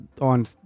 on